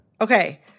Okay